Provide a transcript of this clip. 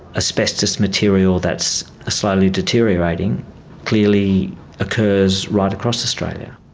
asbestos material that's slowly deteriorating clearly occurs right across australia.